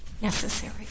necessary